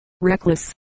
reckless